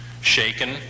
shaken